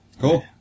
Cool